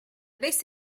vez